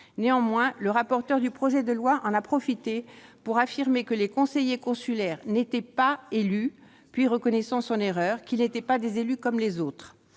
Néanmoins, le rapporteur du projet de loi en a profité pour affirmer que les conseillers consulaires n'étaient pas élus, puis, reconnaissant son erreur, qu'ils n'étaient pas des élus comme les autres.